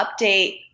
update